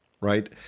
right